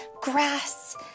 grass